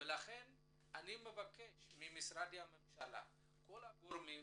לכן אני מבקש ממשרדי הממשלה וכל הגורמים